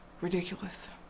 Ridiculous